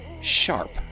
Sharp